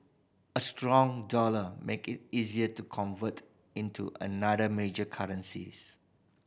a strong dollar make it easier to convert into other major currencies